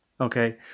Okay